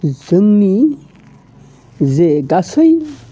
जोंनि जे गासै